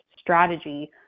strategy